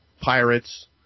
pirates